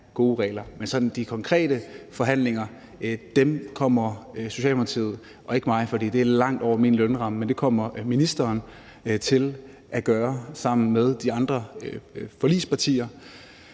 Men sådan de konkrete forhandlinger kommer Socialdemokratiet – og det er ikke mig, for det er langt over min lønramme, men ministeren – til at tage sammen med de andre forligspartier.